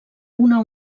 una